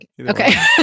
Okay